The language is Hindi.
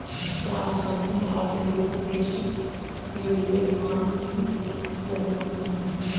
क्या आप जानते है औद्योगिक उद्देश्य के लिए भांग की खेती की अनुमति है?